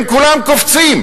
הם כולם קופצים.